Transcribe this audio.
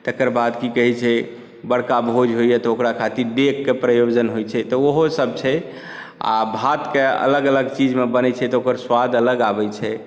तकर बाद की कहैत छै बड़का भोज होइए तऽ ओकरा खातिर बेकके प्रयोजन होइत छै तऽ ओहोसभ छै आ भातकेँ अलग अलग चीजमे बनैत छै तऽ ओकर स्वाद अलग आबैत छै